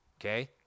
okay